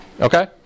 Okay